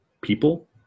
people